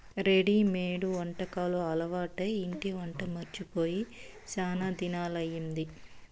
readymade వంటకాలు అలవాటై ఇంటి వంట మరచి పోయి శానా దినాలయ్యింది